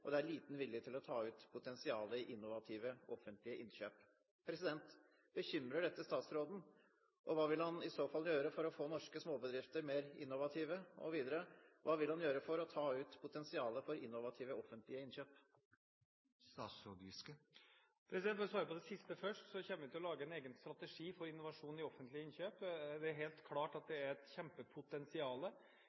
og det er liten vilje til å ta ut potensialet i innovative, offentlige innkjøp. Bekymrer dette statsråden, og hva vil han i så fall gjøre for å få norske småbedrifter mer innovative? Og videre: Hva vil han gjøre for å ta ut potensialet i innovative, offentlige innkjøp? For å svare på det siste først: Vi kommer til å lage en egen strategi for innovasjon i offentlige innkjøp. Det er klart at det er et kjempepotensial